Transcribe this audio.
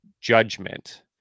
judgment